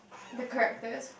the characters